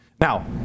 now